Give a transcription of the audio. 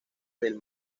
del